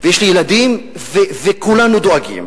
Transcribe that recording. ויש לי ילדים וכולנו דואגים.